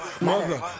mother